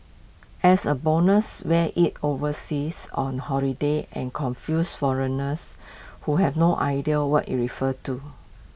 as A bonus wear IT overseas on holiday and confuse foreigners who have no idea what IT refers to